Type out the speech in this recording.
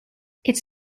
its